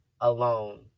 alone